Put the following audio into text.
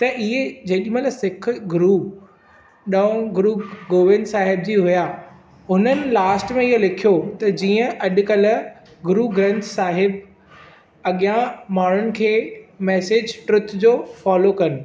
त इहे जेॾीमहिल सिख गुरु ॾहों गुरु गोविंद साहिब जी हुआ हुननि लास्ट में इहो लिखियो त जीअं अॼु कल्ह गुरु ग्रंथ साहिब अॻियां माण्हुनि खे मैसेज ट्रुथ जो फोलो कनि